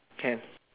can